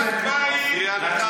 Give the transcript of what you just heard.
אני רואה משחק בית,